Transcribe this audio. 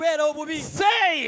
Say